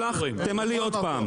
תמלאי עוד פעם,